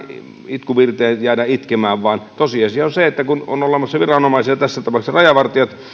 itkuvirteen jäädä itkemään vaan tosiasia on se että on olemassa viranomaisia tässä tapauksessa rajavartijat